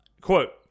quote